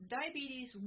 Diabetes